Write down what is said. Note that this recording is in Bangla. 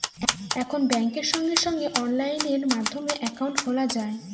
এখন ব্যাঙ্কে সঙ্গে সঙ্গে অনলাইন মাধ্যমে একাউন্ট খোলা যায়